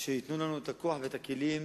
שייתנו לנו את הכוח ואת הכלים